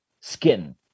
skin